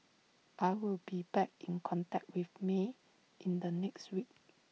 I will be back in contact with may in the next week